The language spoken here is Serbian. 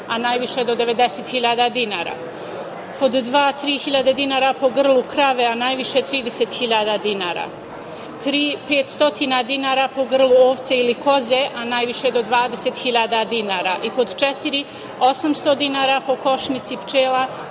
a najviše do 90.000 dinara, pod dva - 3.000 dinara po grlu krave, a najviše 30.000, tri - 500 dinara po grlu ovce ili koze, a najviše do 20.000 dinara i pod četiri - 800 dinara po košnici pčela,